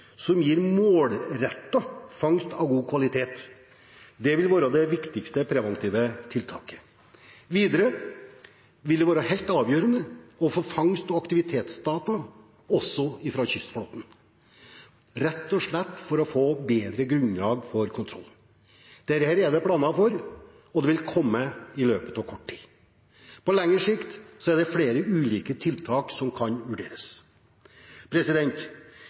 som gir målrettet fangst av god kvalitet. Det vil være det viktigste preventive tiltaket. Videre vil det være helt avgjørende å få fangst- og aktivitetsdata også fra kystflåten, rett og slett for å få et bedre grunnlag for kontroll. Dette er det planer for, og det vil komme i løpet av kort tid. På lengre sikt er det flere ulike tiltak som kan vurderes.